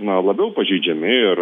na labiau pažeidžiami ir